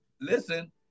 listen